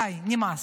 די, נמאס.